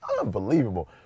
unbelievable